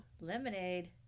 lemonade